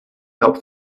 helped